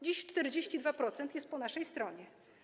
Dziś 42% jest po naszej stronie.